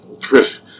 Chris